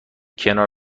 کنار